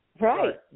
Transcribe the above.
Right